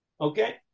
Okay